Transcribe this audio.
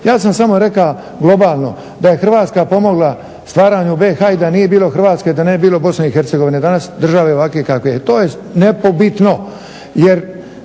Ja sam samo rekao globalno da je Hrvatska pomogla stvaranju BiH i da nije bilo Hrvatske ne bi bilo ni BiH, danas države ovakve kakva je. To je nepobitno.